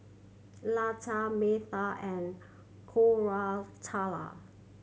Lata Medha and Koratala